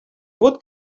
would